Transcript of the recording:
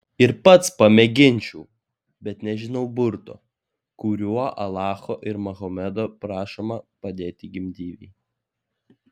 ir pats pamėginčiau bet nežinau burto kuriuo alacho ir mahometo prašoma padėti gimdyvei